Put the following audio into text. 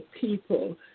people